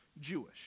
Jewish